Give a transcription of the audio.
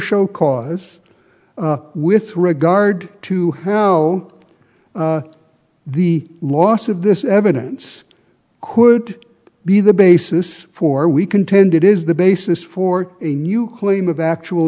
show cause with regard to have no the loss of this evidence could be the basis for we contend it is the basis for a new claim of actual